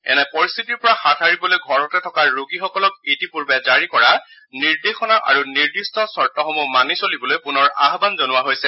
এনে পৰিস্থিতিৰ পৰা হাত সাৰিবলৈ ঘৰতে থকা ৰোগীসকলক ইতিপূৰ্বে জাৰি কৰা নিৰ্দেশনা আৰু নিৰ্দিষ্ট চৰ্তসমূহ মানি চলিবলৈ পুনৰ আহ্বান জনোৱা হৈছে